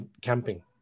camping